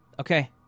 okay